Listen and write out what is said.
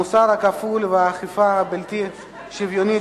המוסר הכפול והאכיפה הבלתי-שוויונית